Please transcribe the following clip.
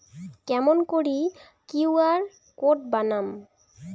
কেমন করি QR code বানাম?